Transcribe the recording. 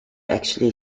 actually